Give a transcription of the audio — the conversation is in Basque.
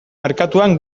merkatuan